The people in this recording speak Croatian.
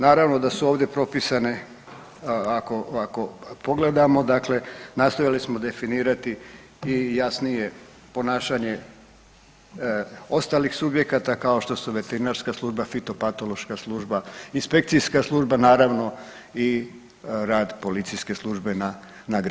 Naravno da su ovdje propisane ako pogledamo, dakle nastojali smo definirati i jasnije ponašanje ostalih subjekata kao što su veterinarska služba, fitopatološka služba, inspekcijska služba, naravno i rad policijske službe na granici.